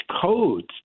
codes